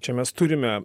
čia mes turime